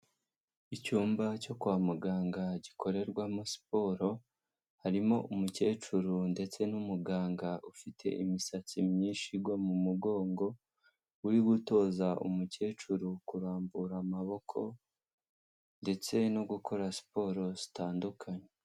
Icyumba cyo kwa muganga gikorerwamo siporo, harimo umukecuru ndetse n'umuganga ufite imisatsi myinshi igwa mu mugongo, uri gutoza umukecuru kurambura amaboko ndetse no gukora siporo zitandukanye.